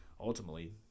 ultimately